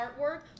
artwork